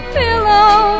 pillow